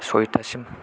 सयथासिम